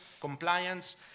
compliance